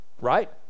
right